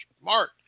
smart